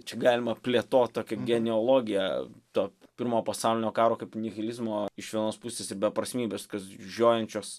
čia galima plėtot tokią genealogiją to pirmo pasaulinio karo kaip nihilizmo iš vienos pusės į beprasmybės kas žiojančios